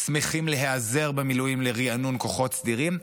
שמחים להיעזר במילואים לריענון כוחות סדירים,